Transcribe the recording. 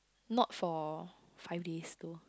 not for five days though